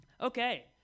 Okay